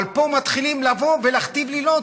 אבל פה מתחילים לבוא ולהכתיב לי: לא,